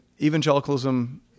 evangelicalism